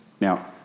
Now